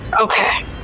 Okay